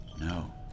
No